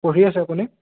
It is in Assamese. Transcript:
পঢ়ি আছে আপুনি